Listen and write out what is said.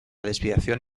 desviación